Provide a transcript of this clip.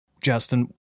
Justin